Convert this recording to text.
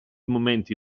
momenti